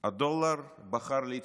הדולר בחר להתחזק,